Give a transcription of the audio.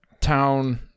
town